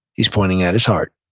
he's pointing at his heart.